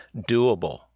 doable